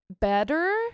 better